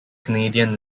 canadian